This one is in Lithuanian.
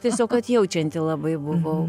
tiesiog atjaučianti labai buvau